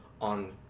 on